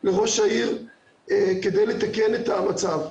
לראש העיר כדי לתקן את המצב.